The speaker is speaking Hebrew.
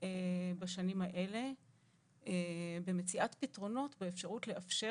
בשנים האלה במציאות פתרונות לאפשרות לאפשר